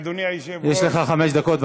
אדוני היושב-ראש, יש לך חמש דקות.